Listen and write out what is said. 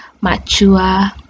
mature